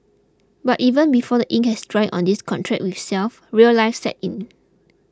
but even before the ink has dried on this contract with self real life sets in